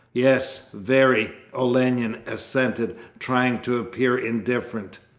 yes, very olenin assented, trying to appear indifferent.